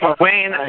Wayne